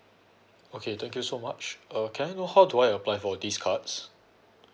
okay thank you so much uh can I know how do I apply for these cards